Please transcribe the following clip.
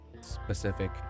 specific